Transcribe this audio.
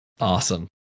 Awesome